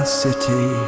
city